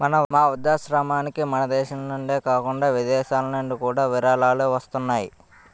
మా వృద్ధాశ్రమానికి మనదేశం నుండే కాకుండా విదేశాలనుండి కూడా విరాళాలు వస్తున్నాయి